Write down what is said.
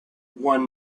one